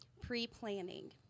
pre-planning